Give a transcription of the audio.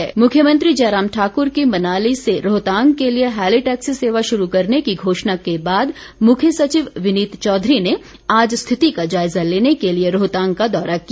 मुख्य सचिव मुख्यमंत्री जयराम ठाकुर की मनाली से रोहतांग के लिए हैलीटैक्सी सेवा शुरू करने की घोषणा के बाद मुख्य सचिव विनीत चौधरी ने आज स्थिति का जायजा लेने के लिए रोहतांग का दौरा किया